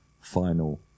final